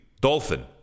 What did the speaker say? Dolphin